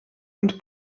und